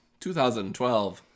2012